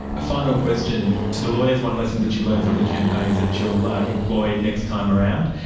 a final question to the lawyers, one lesson that you've learned from the campaigns that you will employ next time around.